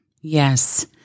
Yes